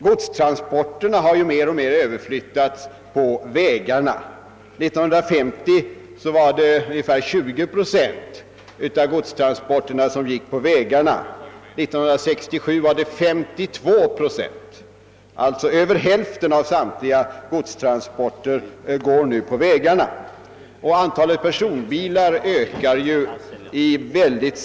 Godstransporterna har sålunda mer och mer överflyttats till vägarna. År 1950 gick ungefär 20 procent av godstransporterna på vägarna, medan 1967 den andelen hade stigit till 52 procent. Över hälften av samtliga godstransporter går alltså nu på vägarna. Dessutom ökar antalet personbilar oerhört snabbt.